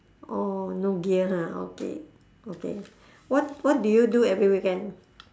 orh no gear ha okay okay what what do you do every weekend